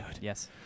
Yes